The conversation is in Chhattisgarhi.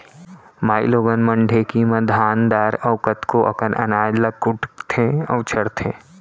माइलोगन मन ढेंकी म धान दार अउ कतको अकन अनाज ल कुटथें अउ छरथें